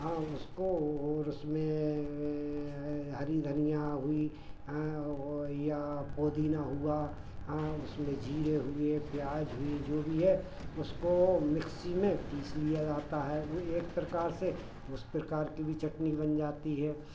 उसको और उसमें हरी धनिया हुई और या पुदीना हुआ उसमें ज़ीरे हुए प्याज़ हुई जो भी है उसको मिक्सी में पीस लिया जाता है एक प्रकार से उस प्रकार की भी चटनी बन जाती है